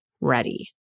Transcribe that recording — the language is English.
ready